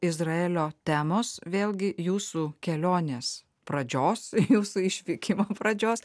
izraelio temos vėlgi jūsų kelionės pradžios jūsų išvykimo pradžios